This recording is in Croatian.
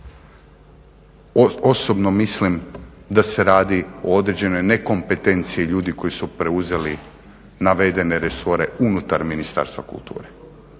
Osobno mislim da se radi o određenoj nekompetenciji ljudi koji su preuzeli navedene resore unutar Ministarstva kulture